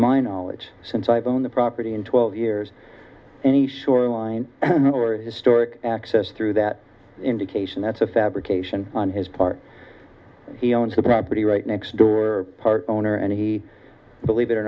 my knowledge since i've owned the property in twelve years any shoreline or historic access through that indication that's a fabrication on his part he owns the property right next door part owner and he believe it or